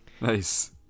Nice